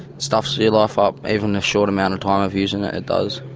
stuffs your life up, even a short amount of time of using it, it does.